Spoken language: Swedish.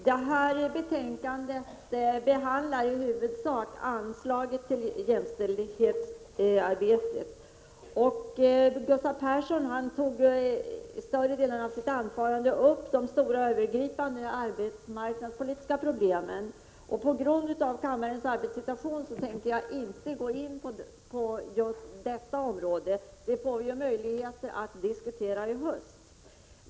Herr talman! Betänkandet behandlar i huvudsak anslaget till jämställdhetsarbetet. Gustav Persson tog i större delen av sitt anförande upp de stora övergripande arbetsmarknadspolitiska problemen. På grund av kammarens arbetssituation tänker jag inte gå in på just detta område. Det får vi möjlighet att diskutera i höst.